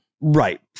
Right